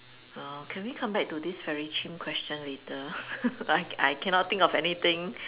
uh can we come back to this very chim question later I I cannot think of anything